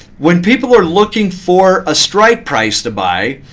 when people are looking for a strike price to buy,